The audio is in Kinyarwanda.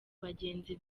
bagenzi